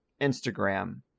Instagram